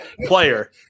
player